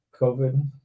COVID